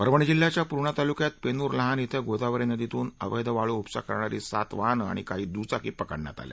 परभणी जिल्ह्याच्या पूर्णा तालुक्यात पेनुर लहान क्रि गोदावरी नदीतून अवैध वाळू उपसा करणारी सात वाहनं आणि काही दुचाकी पकडण्यात आल्या